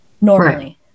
normally